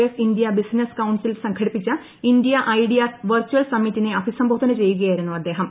S India business council സംഘടിപ്പിച്ച India ideas virtual സമ്മിറ്റിനെ അഭിസംബോധന ചെയ്യുകയായി രുന്നു അദ്ദേഹം